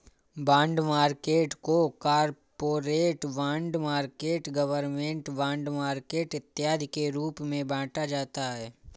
bond market को corporate bond market government bond market इत्यादि के रूप में बांटा जाता है